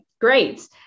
Great